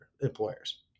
employers